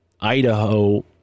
Idaho